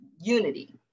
unity